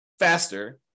faster